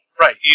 right